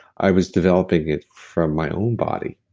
i was developing it from my own body.